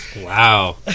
Wow